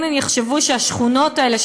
האם הם יחשבו שהשכונות האלה,